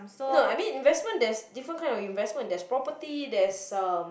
no I mean investment there's different kind of investment there's property there's um